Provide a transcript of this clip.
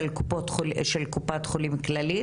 של קופת חולים כללית?